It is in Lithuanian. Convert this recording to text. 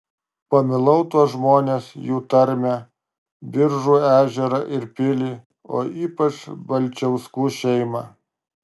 pamilau tuos žmones jų tarmę biržų ežerą ir pilį o ypač balčiauskų šeimą